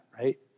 right